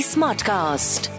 Smartcast